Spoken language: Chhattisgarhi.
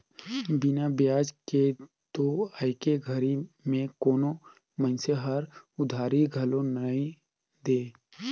बिना बियाज के तो आयके घरी में कोनो मइनसे हर उधारी घलो नइ दे